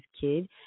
kid